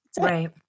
Right